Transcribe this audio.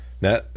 Now